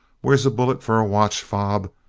wears a bullet for a watch-fob,